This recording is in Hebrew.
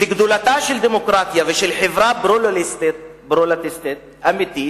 וגדולתה של דמוקרטיה ושל חברה פלורליסטית אמיתית